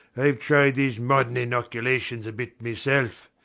ive tried these modern inoculations a bit myself.